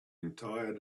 entire